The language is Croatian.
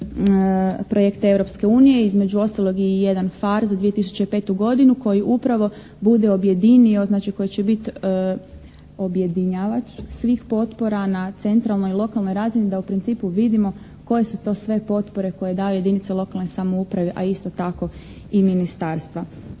projekte Europske unije, između ostalog i jedan PHARE za 2005. godinu koji upravo bude objedinio, znači koji će biti objedinjavač svih potpora na centralnoj i lokalnoj razini da u principu vidimo koje su to sve potpore koje daju jedinice lokalne samouprave, a isto tako i ministarstva.